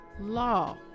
law